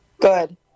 Good